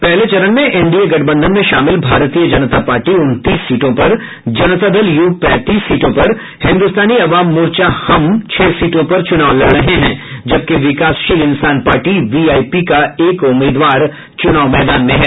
पहले चरण में एनडीए गठबंधन में शामिल भारतीय जनता पार्टी उनतीस सीटों पर जनता दल यू पैंतीस हिन्दुस्तानी आवाम मोर्चा हम छह सीटों पर चुनाव लड़ रहे हैं जबकि विकासशील इन्सान पार्टी वीआईपी का एक उम्मीदवार मैदान में है